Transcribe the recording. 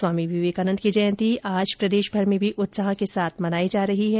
स्वामी विवेकानंद की जयंती आज प्रदेशभर में भी उत्साह के साथ मनाई जा रही है